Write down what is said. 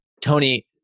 Tony